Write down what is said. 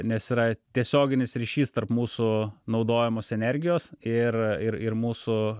nes yra tiesioginis ryšys tarp mūsų naudojamos energijos ir ir ir mūsų